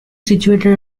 situated